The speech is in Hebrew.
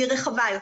והיא רחבה יותר.